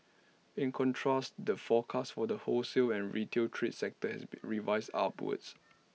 in contrast the forecast for the wholesale and retail trade sector has be revised upwards